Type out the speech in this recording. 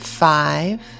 five